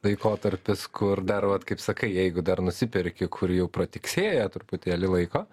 laikotarpis kur dar vat kaip sakai jeigu dar nusiperki kur jau pratiksėję truputėlį laiko